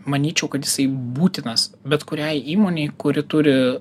manyčiau kad jisai būtinas bet kuriai įmonei kuri turi